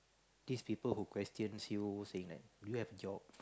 this people who questions you saying that do you have job